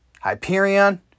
Hyperion